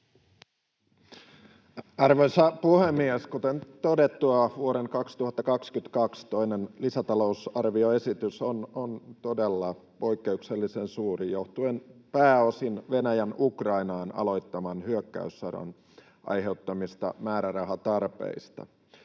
Arvoisa puhemies! Kuten todettua, vuoden 2022 toinen lisätalousarvioesitys on todella poikkeuksellisen suuri johtuen pääosin Venäjän Ukrainaan aloittaman hyökkäyssodan aiheuttamista määrärahatarpeista.